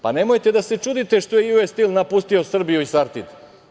Pa nemojte da se čudite što je „Ju-Es stil“ napustio Srbiju i „Sartid“